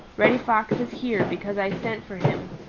reddy fox is here because i sent for him,